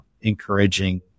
encouraging